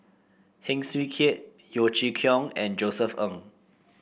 Heng Swee Keat Yeo Chee Kiong and Josef Ng